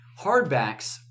hardbacks